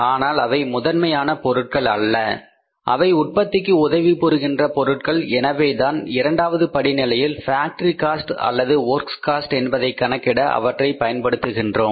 ஆனால் அவை முதன்மையான பொருட்கள் அல்ல அவை உற்பத்திக்கு உதவி புரிகின்ற பொருட்கள் எனவேதான் இரண்டாவது படிநிலையில் ஃபேக்டரி காஸ்ட் அல்லது வொர்க்ஸ் காஸ்ட் என்பதை கணக்கிட அவற்றை பயன்படுத்துகின்றோம்